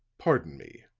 pardon me,